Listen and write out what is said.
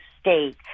state